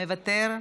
מוותר,